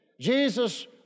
Jesus